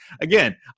again